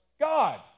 God